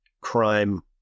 crime